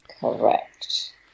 Correct